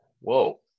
whoa